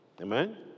Amen